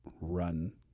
run